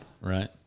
Right